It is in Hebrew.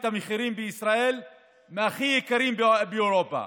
המחירים בישראל מהכי יקרים באירופה,